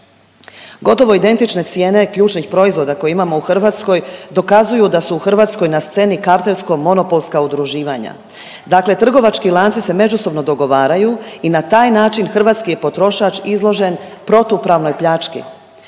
Gotovo identične cijene ključnih proizvoda koje imamo u Hrvatskoj dokazuju da su u Hrvatskoj na sceni kartelsko-monopolska udruživanja. Dakle, trgovački lanci se međusobno dogovaraju i na taj način hrvatski je potrošač izložen protupravnoj pljački.